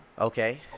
okay